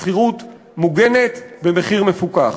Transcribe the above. שכירות מוגנת במחיר מפוקח.